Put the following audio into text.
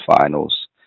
finals